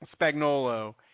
Spagnolo